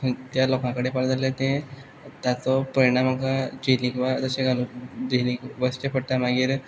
खंय त्या लोकां कडेन पावलें जाल्या तें ताचो परिणाम आमकां जेलीन वा तशें घालून जेलींत वसचें पडटा मागीर